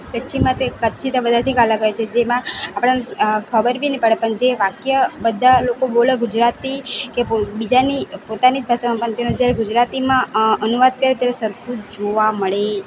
કચ્છીમાં તે કચ્છી તે બધાંયથી અલગ હોય છે જેમાં આપણા ખબર બી નહીં પડે પણ જે વાક્ય બધા લોકો બોલે ગુજરાતી કે બીજાની પોતાની જ ભાષામાં પણ તેનો ગુજરાતીમાં અનુવાદ થાય ત્યારે સરખું જ જોવા મળે